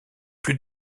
plus